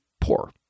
poor